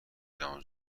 جام